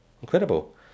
Incredible